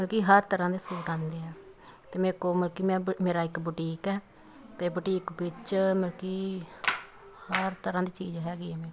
ਮਲਕੀ ਹਰ ਤਰ੍ਹਾਂ ਦੇ ਸੂਟ ਆਉਂਦੇ ਆ ਅਤੇ ਮੇਰੇ ਕੋਲ ਮਤਲਬ ਕਿ ਮੈਂ ਮੇਰਾ ਇੱਕ ਬੁਟੀਕ ਹੈ ਅਤੇ ਬੁਟੀਕ ਵਿੱਚ ਮਲਕੀ ਹਰ ਤਰ੍ਹਾਂ ਦੀ ਚੀਜ਼ ਹੈਗੀ ਹੈ ਮੇਰੇ ਕੋਲ